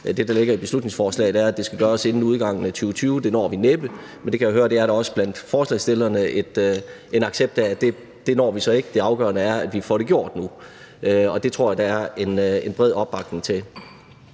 det, der er nævnt i beslutningsforslaget, altså om at det skal gøres inden udgangen af 2020, når vi næppe. Men der kan jeg høre, at der også blandt forslagsstillerne er en accept af, at det når vi så ikke – det afgørende er, at vi nu får det gjort. Og det tror jeg der er en bred opbakning til.